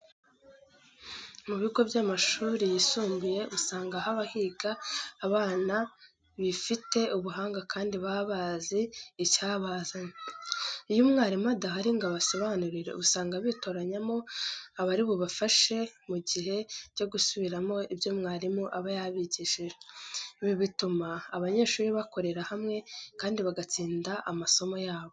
Mu bigo by'amashuri yisumbuye usanga haba higa abana bifite ubuhanga kandi baba bazi icyabazanye. Iyo umwarimu adahari ngo abasobanurire usanga bitoranyamo abari bubafashe mu gihe cyo gusubiramo ibyo abarimu baba babigishije. Ibi bituma abanyeshuri bakorera hamwe kandi bagatsinda amasomo yabo.